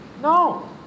No